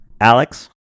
Alex